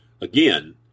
Again